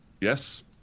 Yes